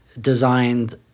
designed